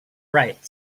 right